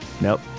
Nope